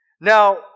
Now